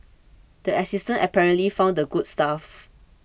the assistant apparently found the good stuff